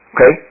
Okay